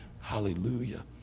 Hallelujah